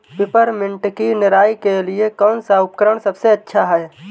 Peppermint की निराई के लिए कौन सा उपकरण सबसे अच्छा है?